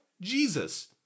Jesus